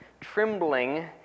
trembling